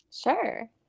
sure